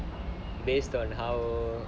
based on how